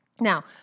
Now